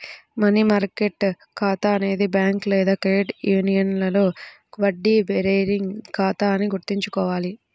money market ఖాతా అనేది bank లేదా క్రెడిట్ యూనియన్లో వడ్డీ బేరింగ్ ఖాతా అని గుర్తుంచుకోవాలి